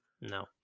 No